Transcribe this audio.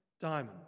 diamond